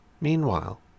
Meanwhile